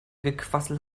gequassel